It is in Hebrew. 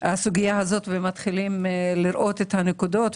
הסוגיה הזאת ומתחילים לראות את הנקודות.